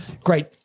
great –